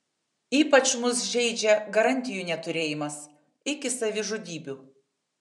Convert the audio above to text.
ypač mus žeidžia garantijų neturėjimas iki savižudybių